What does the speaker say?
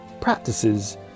practices